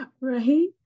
Right